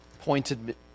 pointed